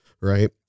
Right